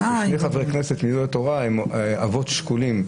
שני חברי כנסת מיהדות התורה הם אבות שכולים,